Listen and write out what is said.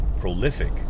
prolific